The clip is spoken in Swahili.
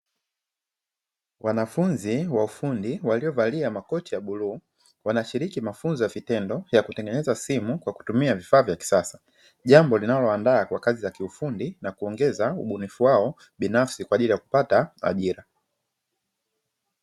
Wanafunzi wa ufundi waliovalia makoti ya bluu wanashiriki mafunzo ya vitendo vya kutengeneza simu kwa kutumia vifaa vya kisasa, jambo linaloandaa kwa kazi za kiufundi na kuongeza ubunifu wao binafsi kwa ajili ya kupata ajira.